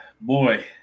boy